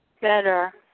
Better